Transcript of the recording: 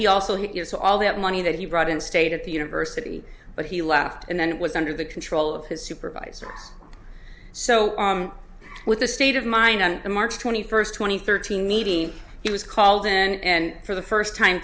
he also he gets all that money that he brought in state at the university but he left and then it was under the control of his supervisor so with the state of mind on the march twenty first twenty thirteen meeting he was called in and for the first time